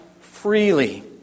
freely